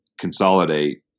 consolidate